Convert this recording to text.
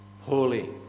holy